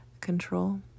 control